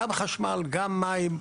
גם חשמל, גם מים,